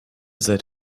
seid